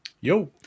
Yo